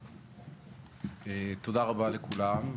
תודה רבה לכולם.